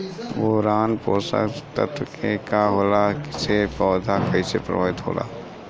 Boron पोषक तत्व के न होला से पौधा कईसे प्रभावित होला?